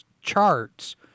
charts